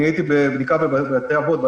אני הייתי בבדיקה בבתי-אבות.